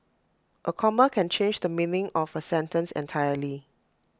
A comma can change the meaning of A sentence entirely